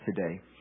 today